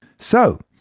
so,